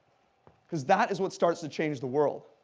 because that is what starts to change the world.